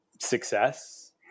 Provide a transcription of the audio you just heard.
success